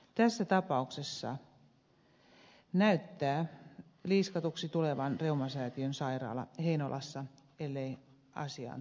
tässä tapauksessa näyttää liiskatuksi tulevan reumasäätiön sairaala heinolassa ellei asiaan tule korjausta